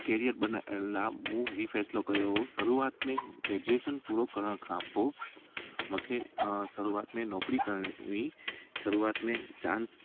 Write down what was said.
career बनाइण लाइ मूं हीअ फैसलो कयो हो शुरुवात में ही ग्रेजुएशन पूरो करण खां पोइ मूंखे शुरुवात में नौकिरी करणी शुरुवात में चांस